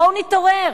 בואו נתעורר.